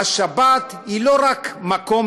השבת היא לא רק מקום